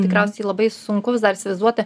tikriausiai labai sunku vis dar įsivaizduoti